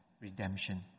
redemption